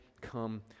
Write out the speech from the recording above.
come